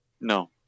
No